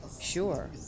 Sure